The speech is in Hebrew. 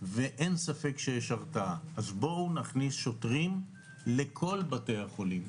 שככה ידע לתמוך בי לאורך כל הדרך ועדיין תומך ותמיד בחיוך